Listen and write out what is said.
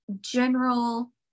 general